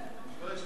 שוואיה-שוואיה.